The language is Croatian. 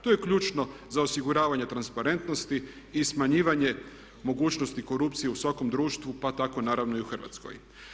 To je ključno za osiguravanje transparentnosti i smanjivanje mogućnosti korupcije u svakom društvu, pa tako naravno i u Hrvatskoj.